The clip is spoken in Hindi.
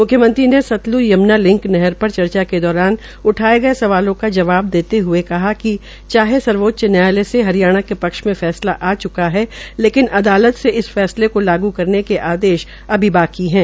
म्ख्यमंत्री ने सतल्ज यम्ना लिंक नहर पर चर्चा के दौरान उठाये गये सवालों का जवाब देते हुए कहा कि चाहे सर्वोच्च न्यायालय से हरियाणा के पक्ष में फैसला आ च्का है लेकिन अदालत से इस फैसले को लागू करने के आदेश अभी बाकीहै